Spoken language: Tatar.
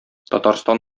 татарстан